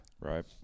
Right